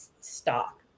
stock